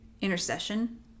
intercession